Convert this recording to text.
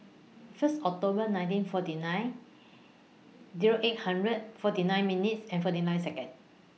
First October nineteen forty nine Zero eight hundred forty nine minutes and forty nine Seconds